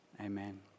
Amen